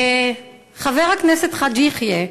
חבר הכנסת חאג' יחיא,